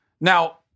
Now